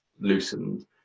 loosened